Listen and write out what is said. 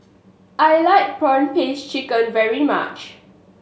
I like prawn paste chicken very much